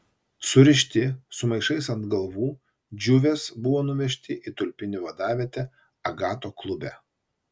surišti su maišais ant galvų džiuvės buvo nuvežti į tulpinių vadavietę agato klube